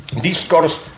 discourse